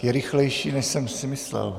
Je rychlejší, než jsem si myslel.